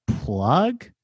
plug